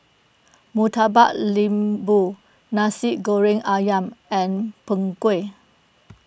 Murtabak Lembu Nasi Goreng Ayam and Png Kueh